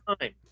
time